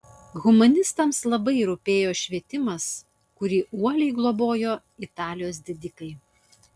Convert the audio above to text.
humanistams labai rūpėjo švietimas kurį uoliai globojo italijos didikai